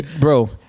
bro